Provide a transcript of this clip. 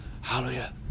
Hallelujah